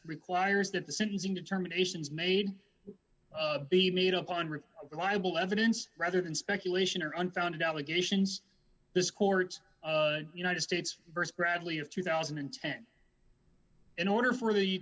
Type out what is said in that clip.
requires that the sentencing determinations made be made up on the libel evidence rather than speculation or unfounded allegations this court's united states st bradley of two thousand and ten in order for the